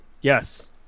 yes